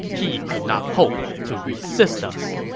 he could not hope to resist us.